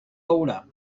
veurà